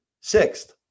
Sixth